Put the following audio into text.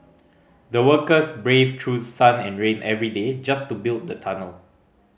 the workers braved through sun and rain every day just to build the tunnel